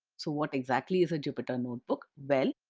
so, what exactly is a jupyter notebook? well,